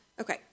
Okay